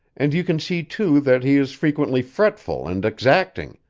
and you can see, too, that he is frequently fretful and exacting,